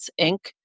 Inc